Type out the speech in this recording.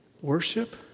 worship